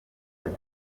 ati